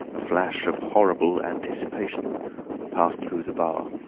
a flash of horrible anticipation passed through the bar.